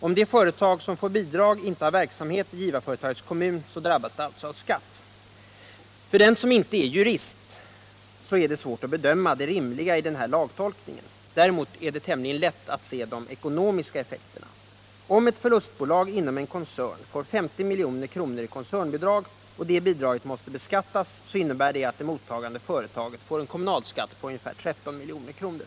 Om det företag som får bidraget inte har verksamhet i givarföretagets kommun drabbas det av skatt. För den som inte är jurist är det svårt att bedöma det rimliga i regeringsrättens lagtolkning. Däremot är det tämligen lätt att se de ekonomiska effekterna. Om ett förlustföretag inom en koncern får 50 milj.kr. i koncernbidrag och detta bidrag måste beskattas innebär det att det mottagande företaget får en kommunalskatt på ca 13 milj.kr.